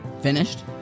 finished